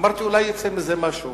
אמרתי, אולי יצא מזה משהו.